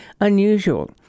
unusual